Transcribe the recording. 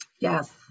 Yes